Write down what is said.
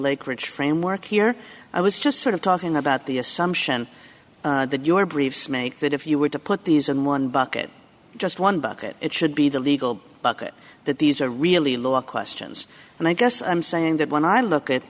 ridge framework here i was just sort of talking about the assumption that your briefs make that if you were to put these in one bucket just one bucket it should be the legal bucket that these are really law questions and i guess i'm saying that when i look at